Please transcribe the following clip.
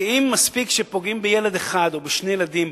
כי מספיק שפוגעים בילד אחד או בשני ילדים,